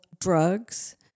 drugs